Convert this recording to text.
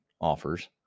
offers